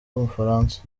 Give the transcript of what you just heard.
w’umufaransa